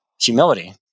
humility